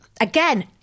Again